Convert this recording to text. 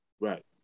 right